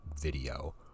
video